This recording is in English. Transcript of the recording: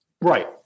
Right